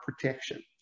protection